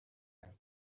and